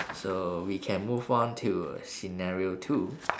so we can move on to scenario two